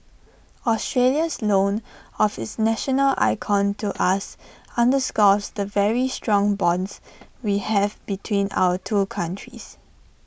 Australia's loan of its national icon to us underscores the very strong bonds we have between our two countries